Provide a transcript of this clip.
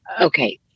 Okay